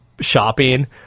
shopping